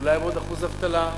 אולי עוד אחוז אבטלה,